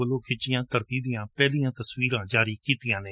ਵੱਲੋਂ ਖਿੱਚੀਆਂ ਗਈਆਂ ਧਰਤੀ ਦੀਆਂ ਪਹਿਲੀਆਂ ਤਸਵੀਰਾਂ ਜਾਰੀ ਕੀਤੀਆਂ ਨੇ